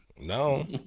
No